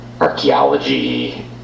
archaeology